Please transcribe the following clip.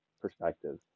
perspective